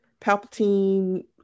Palpatine